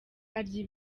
arya